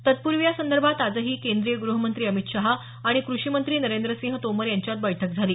तत्पूर्वी यासंदर्भात आजही केंद्रीय गृहमंत्री अमित शहा आणि कृषी मंत्री नरेंद्र सिंह तोमर यांच्यात बैठक झाली